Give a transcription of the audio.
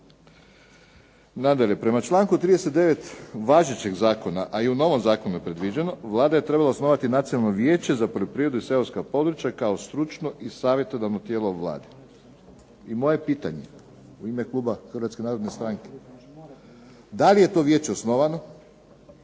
Nadalje, prema članku 39. važećeg zakona, a i u novom zakonu je predviđeno, Vlada je trebala osnovati Nacionalno vijeće za poljoprivredu i seoska područja kao stručno i savjetodavno tijelo Vlade. I moje je pitanje u ime kluba Hrvatske narodne stranke da li je to vijeće osnovano,